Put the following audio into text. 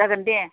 जागोन दे